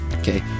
Okay